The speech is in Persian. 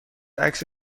عکس